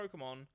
Pokemon